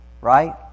right